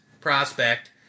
prospect